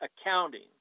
accounting